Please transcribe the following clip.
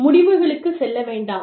முடிவுகளுக்குச் செல்ல வேண்டாம்